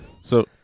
So-